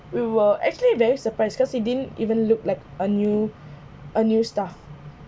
we were actually very surprised because he didn't even look like a new a new staff